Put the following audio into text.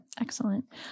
excellent